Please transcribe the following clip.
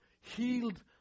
healed